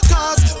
Cause